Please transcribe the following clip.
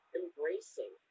embracing